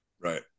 Right